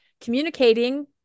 communicating